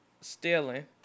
stealing